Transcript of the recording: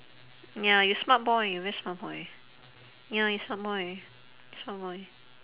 ya you smart boy you very smart boy ya you smart boy smart boy